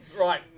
Right